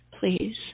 please